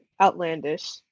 outlandish